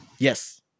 Yes